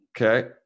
Okay